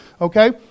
Okay